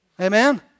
Amen